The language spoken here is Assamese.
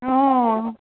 অ'